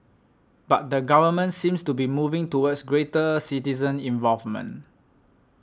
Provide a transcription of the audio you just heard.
but the government seems to be moving towards greater citizen involvement